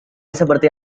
seperti